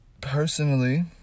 Personally